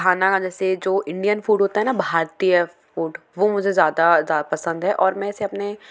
खाना जैसे जो इंडियन फूड होता है न भारतीय फूड वो मुझे ज़्यादा जा पसंद है और मैं इसे अपने